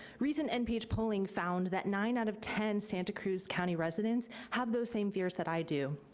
recent nph polling found that nine out of ten santa cruz county residents have those same fears that i do.